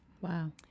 Wow